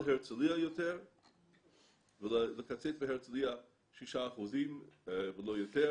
הרצליה יותר ולקצץ בהרצליה 6% ולא יותר,